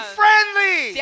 friendly